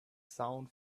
sound